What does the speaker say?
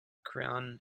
crown